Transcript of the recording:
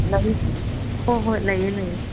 ꯍꯣꯏ ꯍꯣꯏ ꯂꯩꯌꯦ ꯂꯩꯌꯦ